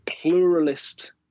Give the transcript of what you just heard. pluralist